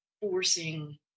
forcing